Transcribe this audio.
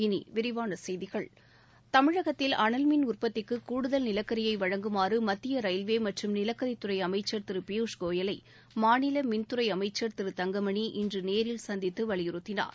இனிவிரிவானசெய்திகள் தமிழகத்தில் அனல் மின் உற்பத்திக்குகூடுதல் நிலக்கரியைவழங்குமாறுமத்தியரயில்வேமற்றும் நிலக்கரித்துறைஅமைச்சர் திருபியூஷ் கோயலைமாநிலமின்துறைஅமைச்சர் திரு தங்கமணி இன்றுநேரில் சந்தித்துவலியுறுத்தினார்